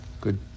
good